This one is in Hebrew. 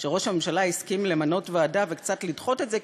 שראש הממשלה הסכים למנות ועדה וקצת לדחות את זה,